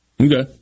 Okay